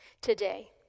Today